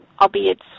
albeit